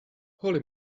holy